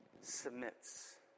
submits